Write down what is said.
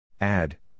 Add